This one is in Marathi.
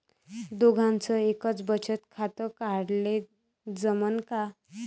दोघाच एकच बचत खातं काढाले जमनं का?